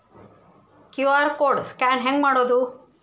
QR code scan ಹೆಂಗ್ ಮಾಡೋದು?